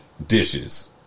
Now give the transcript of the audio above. dishes